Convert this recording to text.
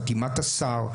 חתימת השר,